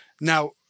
Now